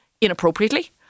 inappropriately